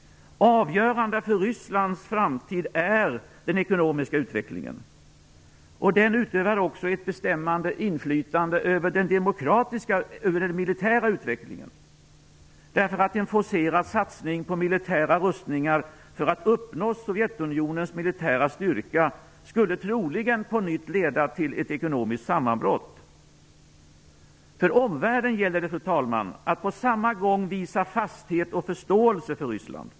Avgörande för Rysslands framtid är den ekonomiska utvecklingen. Den utövar också ett bestämmande inflytande över den militära utvecklingen, därför att en forcerad satsning på militära rustningar för att uppnå Sovjetunionens militära styrka troligen på nytt skulle leda till ett ekonomiskt sammanbrott. Fru talman! För omvärlden gäller det att på samma gång visa fasthet och förståelse för Ryssland.